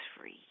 free